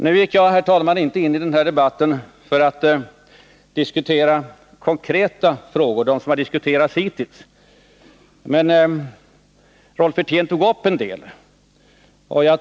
Jag gick inte, herr talman, in i den här debatten för att diskutera de konkreta frågor som hittills har diskuterats.